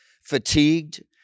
fatigued